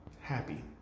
Happy